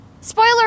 Spoiler